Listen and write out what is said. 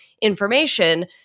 information